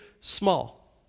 small